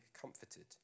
comforted